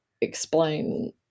explain